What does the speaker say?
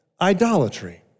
idolatry